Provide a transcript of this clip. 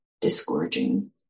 disgorging